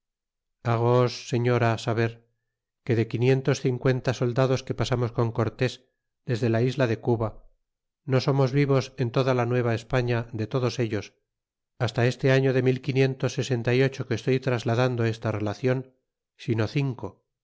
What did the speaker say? hagoos señora saber que de quinientos cincuenta soldados que pasamos con córtés desde la isla de cuba no somos vivos en toda la nueva espafia de todos ellos hasta este año de mil quinientos y ocho que estoy trasladando esta relacion sino cinco